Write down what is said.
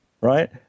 right